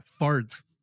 farts